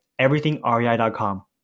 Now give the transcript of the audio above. EverythingREI.com